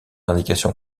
indication